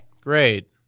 Great